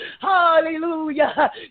Hallelujah